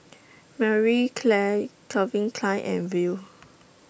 Marie Claire Calvin Klein and Viu